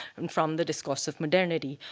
and from the discourse of modernity,